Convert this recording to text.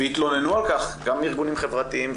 והתלוננו על כך גם ארגונים חברתיים,